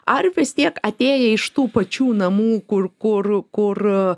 ar vis tiek atėję iš tų pačių namų kur kur kur